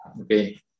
Okay